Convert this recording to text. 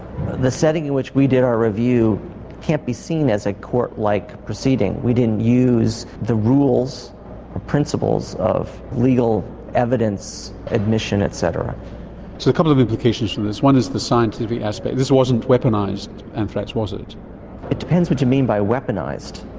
the setting in which we did our review can't be seen as a court-like proceeding, we didn't use the rules, the principles of legal evidence admission etc. so a couple of implications from this one is the scientific aspect. this wasn't weaponised anthrax was it? it depends what you mean by weaponised.